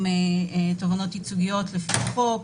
גם תובענות ייצוגיות לפי חוק.